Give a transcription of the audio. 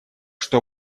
что